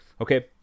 okay